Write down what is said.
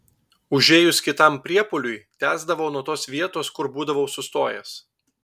užėjus kitam priepuoliui tęsdavau nuo tos vietos kur būdavau sustojęs